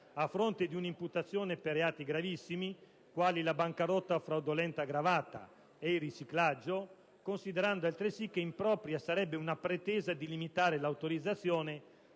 a fronte di un'imputazione per reati gravissimi, quali la bancarotta fraudolenta aggravata ed il riciclaggio, considerando altresì che impropria sarebbe una pretesa di limitare l'autorizzazione